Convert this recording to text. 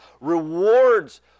rewards